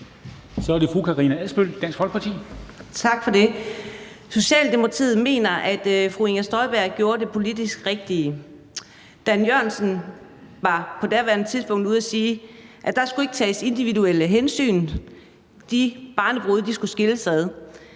Kl. 13:23 Karina Adsbøl (DF): Tak for det. Socialdemokratiet mener, at fru Inger Støjberg gjorde det politisk rigtige. Dan Jørgensen var på daværende tidspunkt ude at sige, at der ikke skulle tages individuelle hensyn. De barnebrude skulle adskilles.